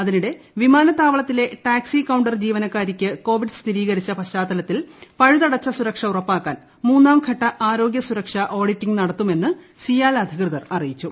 അതിനിടെ വിമാനത്താവളത്തിലെ taxi counter ജീവനക്കാരിക്ക് കോവിഡ് സ്ഥിരീകരിച്ച പശ്ചാത്തലത്തിൽ പഴുതടച്ച സുരക്ഷ ഉറപ്പാക്കാൻ മൂന്നാം ഘട്ട ആരോഗ്യസുരക്ഷാ ഓഡിറ്റിംഗ് നടത്തുമെന്ന് സിയാൽ അധികൃതർ അറിയിച്ചു